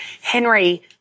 Henry